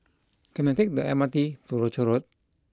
can I take the M R T to Rochor Road